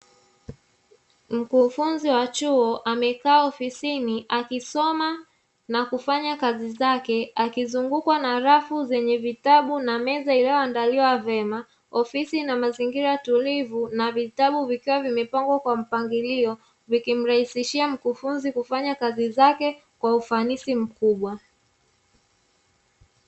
Mkufunzi wa chuo amekaa ofisini akisoma na kufanya kazi zake akizungukwa na rafu zanye vitabu na meza iliyoandaliwa vyema, ofisi ina mazingira tulivu na vitabu vikiwa vimepangwa kwa mpangilio vikimrahisishia mkufunzi kufanya kazi zake kwa ufanisi mkubwa.